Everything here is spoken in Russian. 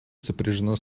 сопряжено